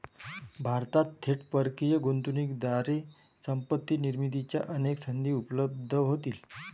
भारतात थेट परकीय गुंतवणुकीद्वारे संपत्ती निर्मितीच्या अनेक संधी उपलब्ध होतील